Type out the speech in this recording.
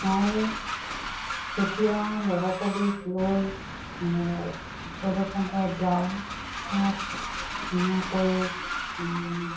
মই যেতিয়া ল'ৰা ছোৱালীক লৈ ভৈৰৱকুণ্ডত যাওঁ তাত ধুনীয়াকৈ